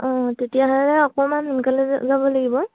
অঁ তেতিয়াহ'লে অকমান সোনকালে যাব লাগিব